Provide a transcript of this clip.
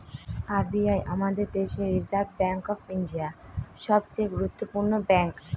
R B I আমাদের দেশের reserve bank of India, সবচে গুরুত্বপূর্ণ ব্যাঙ্ক